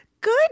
Good